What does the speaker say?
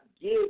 give